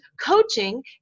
coaching